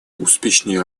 успешной